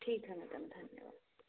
ठीक है मैडम धन्यवाद